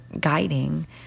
guiding